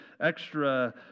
extra